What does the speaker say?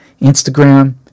Instagram